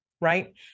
right